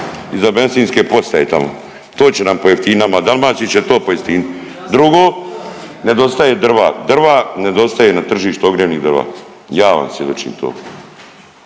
iza benzinske postaje tamo, to će nam pojeftiniti nama, Dalmaciji će to pojeftiniti. Drugo nedostaje drva, drva nedostaje na tržištu ogrjevnih drva. Ja vam svjedočim to,